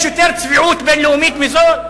יש יותר צביעות בין-לאומית מזו?